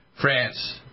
France